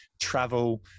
travel